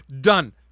Done